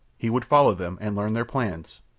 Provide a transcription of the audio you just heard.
he would follow them and learn their plans,